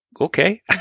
okay